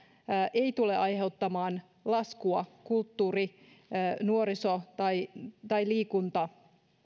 ei tule aiheuttamaan laskua kulttuuri nuoriso tai tai liikunta